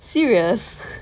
serious